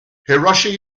hiroshi